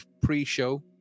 pre-show